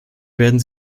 werden